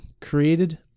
created